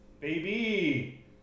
Baby